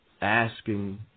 asking